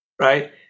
right